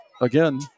again